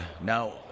now